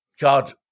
God